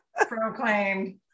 Proclaimed